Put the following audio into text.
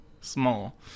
small